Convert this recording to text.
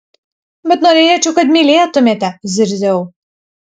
bet norėčiau kad mylėtumėte zirziau